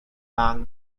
bank